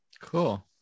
cool